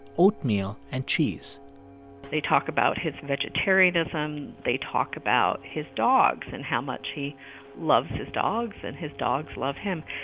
oatmeal and cheese they talk about his vegetarianism. they talk about his dogs and how much he loves his dogs and his dogs love him.